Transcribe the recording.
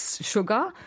sugar